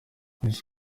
miss